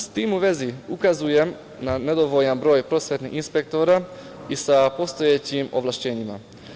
S tim u vezi, ukazujem na nedovoljan broj prosvetnih inspektora i sa postojećim ovlašćenjima.